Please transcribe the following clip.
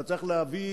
אתה צריך להביא